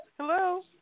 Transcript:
Hello